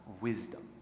wisdom